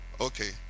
Okay